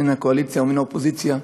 מן הקואליציה ומן האופוזיציה,